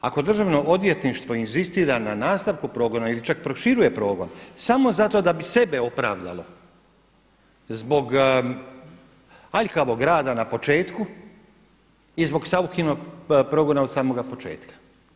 Ako Državno odvjetništvo inzistira na nastavku progona ili čak proširuje progon samo zato da bi sebe opravdalo zbog aljkavog rada na početku i zbog Sauchinog progona od samoga početka.